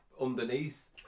underneath